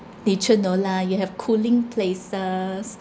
nature no lah you have cooling places